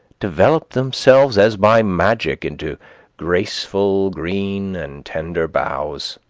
developed themselves as by magic into graceful green and tender boughs,